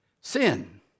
Sin